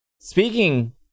Speaking